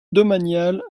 domaniale